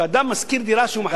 לדעתי הדירות האלה מושכרות.